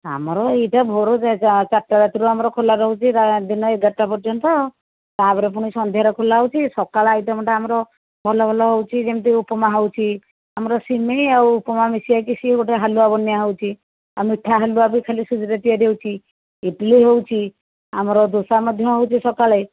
ଆମର ଏଇଟା ଭୋରରୁ ଚା ଚାରିଟା ରାତିରୁ ଆମର ଖୋଲା ରହୁଛି ଦିନ ଏଗାରଟା ପର୍ଯ୍ୟନ୍ତ ତାପରେ ପୁଣି ସନ୍ଧ୍ୟାରେ ଖୋଲା ହେଉଛି ସକାଳ ଆଇଟମ ଟା ଆମର ଭଲ ଭଲ ହେଉଛି ଯେମିତି ଉପମା ହେଉଛି ଆମର ସିମେଇ ଆଉ ଉପମା ମିଶିଇକି ସିଏ ଗୋଟେ ହାଲୁଆ ବନିଆ ହେଉଛି ଆଉ ମିଠା ହାଲୁଆ ବି ଖାଲି ସୁଜିରେ ତିଆରି ହେଉଛି ଇଟିଲି ହେଉଛି ଆମର ଦୋସା ମଧ୍ୟ ହେଉଛି ସକାଳେ